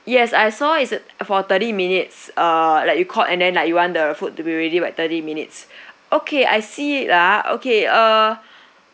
yes I saw is uh for thirty minutes uh like you called and then like you want food to be ready about thirty minutes okay I see it ah okay uh